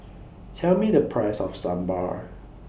Tell Me The Price of Sambar